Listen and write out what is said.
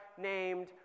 named